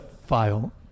file